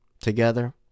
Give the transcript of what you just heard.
together